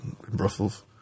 Brussels